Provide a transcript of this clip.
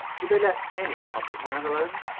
do they let any public man alone?